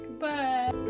Bye